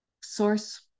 source